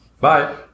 Bye